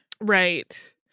Right